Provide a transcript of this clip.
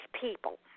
people